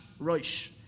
Roish